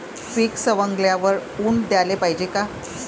पीक सवंगल्यावर ऊन द्याले पायजे का?